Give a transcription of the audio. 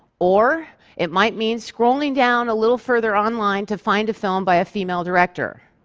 or it might mean scrolling down a little further online to find a film by a female director.